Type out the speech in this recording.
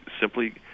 simply